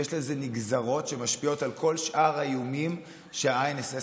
יש לזה נגזרות שמשפיעות על כל שאר האיומים שה-INSS מתאר,